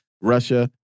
russia